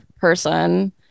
person